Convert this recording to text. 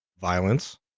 violence